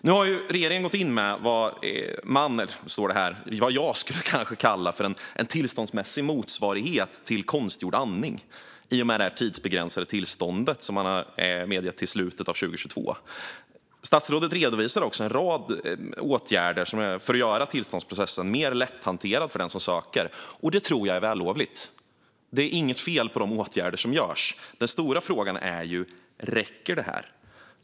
Nu har regeringen, i och med det tidsbegränsade tillstånd som man meddelat till slutet av 2022, gått in med vad jag skulle kalla för en tillståndsmässig motsvarighet till konstgjord andning. Statsrådet redovisade också en rad åtgärder för att göra tillståndsprocessen mer lätthanterlig för den som söker. Det tror jag är vällovligt. Det är inget fel på de åtgärder som görs. Den stora frågan är om det räcker.